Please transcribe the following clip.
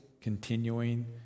continuing